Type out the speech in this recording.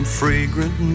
fragrant